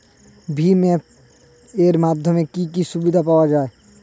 ভিম app এর মাধ্যমে কি কি সুবিধা পাওয়া যায়?